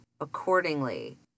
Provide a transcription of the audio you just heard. accordingly